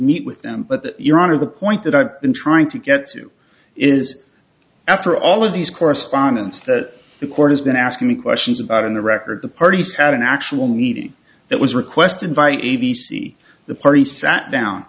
meet with them but your honor the point that i've been trying to get to is after all of these correspondence that the court has been asking me questions about in the record the parties had an actual meeting that was requested by a b c the party sat down